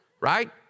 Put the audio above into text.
right